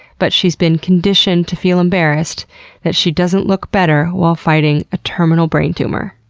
but she's been conditioned to feel embarrassed that she doesn't look better while fighting a terminal brain tumor.